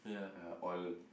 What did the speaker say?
uh all